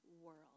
world